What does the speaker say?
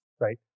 right